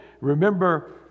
Remember